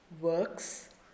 works